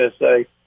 USA